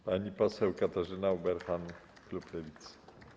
Pani poseł Katarzyna Ueberhan, klub Lewicy.